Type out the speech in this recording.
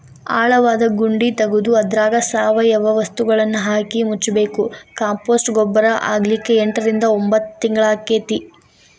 ಆಳವಾದ ಗುಂಡಿ ತಗದು ಅದ್ರಾಗ ಸಾವಯವ ವಸ್ತುಗಳನ್ನಹಾಕಿ ಮುಚ್ಚಬೇಕು, ಕಾಂಪೋಸ್ಟ್ ಗೊಬ್ಬರ ಆಗ್ಲಿಕ್ಕೆ ಎಂಟರಿಂದ ಒಂಭತ್ ತಿಂಗಳಾಕ್ಕೆತಿ